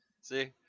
see